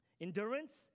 endurance